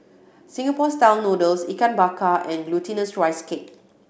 Singapore Style Noodles Ikan Bakar and Glutinous Rice Cake